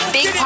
Big